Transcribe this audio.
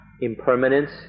impermanence